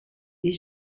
est